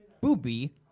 booby